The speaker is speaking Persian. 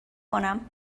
کنم